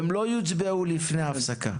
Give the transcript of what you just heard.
והם לא יוצבעו לפני ההפסקה.